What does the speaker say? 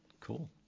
Cool